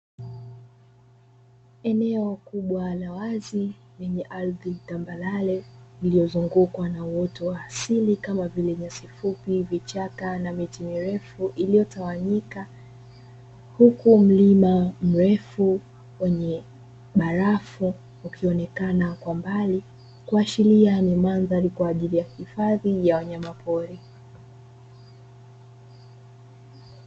Eneo kubwa la wazi lenye ardhi tambarare lililozungukwa na uoto wa asili kama vile; nyasi fupi, vichaka na miti mirefu iliyotawanyika huku mlima mrefu wenye barafu ukionekana kwa mbali kuashiria ni mandhari kwaajili ya kuhifadhi wanyama pori.